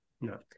No